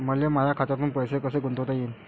मले माया खात्यातून पैसे कसे गुंतवता येईन?